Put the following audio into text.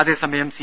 അതേസമയം സി